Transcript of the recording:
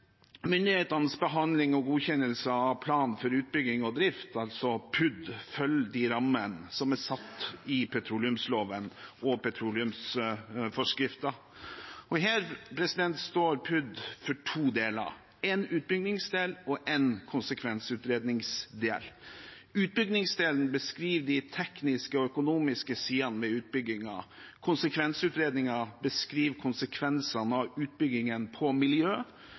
Myndighetenes behandling og godkjenning av plan for utbygging og drift, altså PUD, følger de rammene som er satt i petroleumsloven og i petroleumsforskriften. Her står PUD for to deler – én utbyggingsdel og én konsekvensutredningsdel. Utbyggingsdelen beskriver de tekniske og økonomiske sidene ved utbyggingen. Konsekvensutredningen beskriver konsekvensene av utbyggingen for miljø